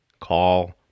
call